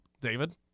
David